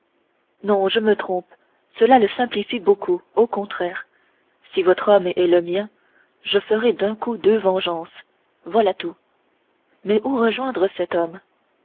non je me trompe cela la simplifie beaucoup au contraire si votre homme est le mien je ferai d'un coup deux vengeances voilà tout mais où rejoindre cet homme